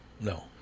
no